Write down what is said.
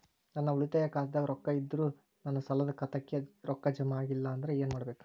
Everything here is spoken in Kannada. ನನ್ನ ಉಳಿತಾಯ ಖಾತಾದಾಗ ರೊಕ್ಕ ಇದ್ದರೂ ನನ್ನ ಸಾಲದು ಖಾತೆಕ್ಕ ರೊಕ್ಕ ಜಮ ಆಗ್ಲಿಲ್ಲ ಅಂದ್ರ ಏನು ಮಾಡಬೇಕು?